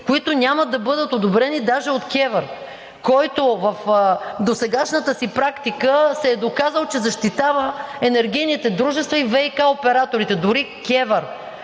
които няма да бъдат одобрени даже от КЕВР, който в досегашната си практика се е доказал, че защитава енергийните дружества и ВиК операторите. Дори КЕВР